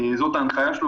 זאת ההנחיה שלו,